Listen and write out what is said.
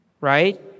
right